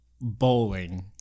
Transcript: Bowling